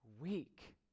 weak